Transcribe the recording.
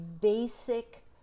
basic